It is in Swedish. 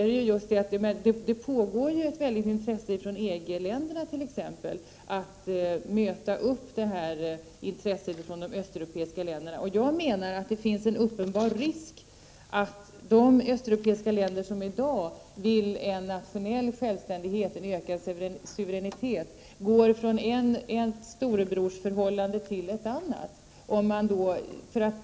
Det finns ju ett väldigt intresse hos EG-länderna att möta intresset från de östeuropeiska länderna. Jag menar att det finns en uppenbar risk att de östeuropeiska länder som i dag vill ha en nationell självständighet, en ökad suveränitet, går från ett storebrorsförhållande till ett annat.